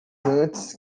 antes